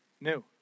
new